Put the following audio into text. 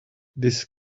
this